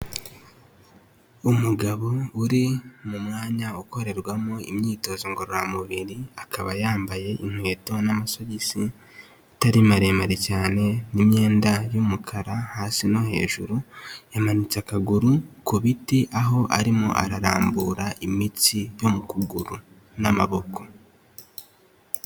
Umugabo uri mu mwanya ukorerwamo imyitozo ngororamubiri, akaba yambaye inkweto n'amasogisi atari maremare cyane n'imyenda y'umukara hasi no hejuru yamanitse akaguru ku biti, aho arimo ararambura imitsi yo mu kuguru n'amaboko.